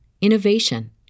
innovation